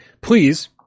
Please